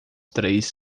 três